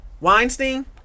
Weinstein